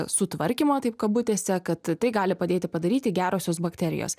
sutvarkymą taip kabutėse kad tai gali padėti padaryti gerosios bakterijos